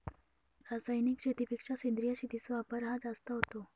रासायनिक शेतीपेक्षा सेंद्रिय शेतीचा वापर हा जास्त होतो